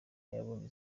yabonye